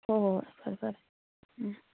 ꯍꯣ ꯍꯣ ꯍꯣꯏ ꯐꯔꯦ ꯐꯔꯦ ꯎꯝ